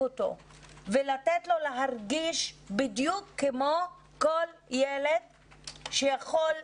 אותו ולתת לו להרגיש בדיוק כמו ילד שיכול,